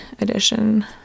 edition